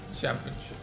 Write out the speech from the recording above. Championship